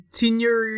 senior